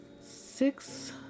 six